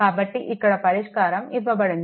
కాబట్టి ఇక్కడ పరిష్కారం ఇవ్వబడింది